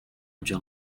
gdzie